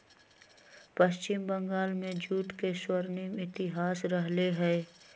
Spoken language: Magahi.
पश्चिम बंगाल में जूट के स्वर्णिम इतिहास रहले है